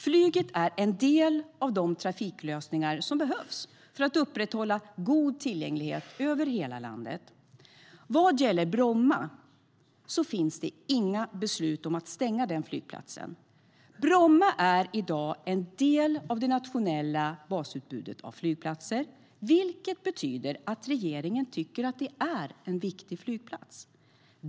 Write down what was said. Flyget är en del av de trafiklösningar som behövs för att upprätthålla god tillgänglighet över hela landet. Vad gäller Bromma finns det inga beslut om att stänga den flygplatsen. Bromma är i dag en del av det nationella basutbudet av flygplatser, vilket betyder att regeringen tycker att det är en viktig flygplats.